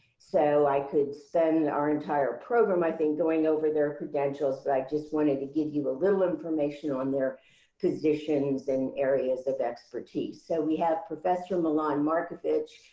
so i could spend our entire program i think going over their credentials. but i just wanted to give you a little information on their positions and areas of expertise. so we have professor milan markovic,